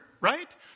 right